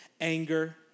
Anger